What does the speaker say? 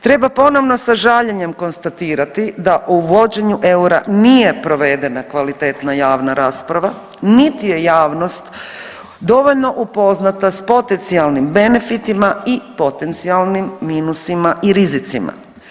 Treba ponovno sa žaljenjem konstatirati da o uvođenju eura nije provedena kvalitetna javna rasprava, niti je javnost dovoljno upoznata sa potencijalnim benefitima i potencijalnim minusima i rizicima.